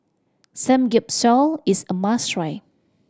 samgyeopsal is a must try